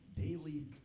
daily